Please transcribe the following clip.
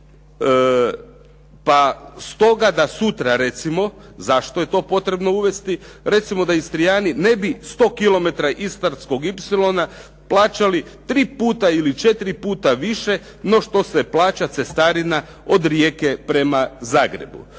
Pa stoga da sutra recimo, zašto je to potrebno uvesti. Recimo da Istrijani ne bi 100 km Istarskog ipsilona plaćali tri puta ili četiri puta više no što se plaća cestarina od Rijeke prema Zagrebu.